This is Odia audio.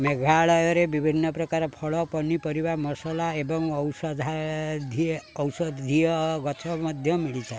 ମେଘାଳୟରେ ବିଭିନ୍ନ ପ୍ରକାରର ଫଳ ପନିପରିବା ମସଲା ଏବଂ ଔଷଧୀୟ ଗଛ ମଧ୍ୟ ମିଳିଥାଏ